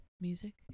music